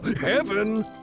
Heaven